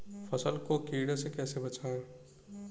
फसल को कीड़े से कैसे बचाएँ?